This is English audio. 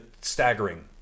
staggering